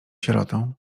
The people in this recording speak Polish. sierotą